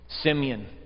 Simeon